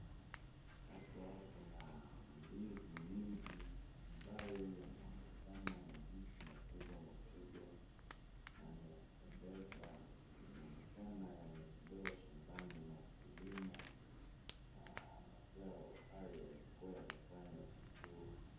Hapa kuna mandizi mingi ambayo yanaonekana mandizi makubwa makubwa na ni ya kupendeza na inaonekana yametolewa shambani na mkulima na mazao hayo yalikuwa yamefanya vizuri.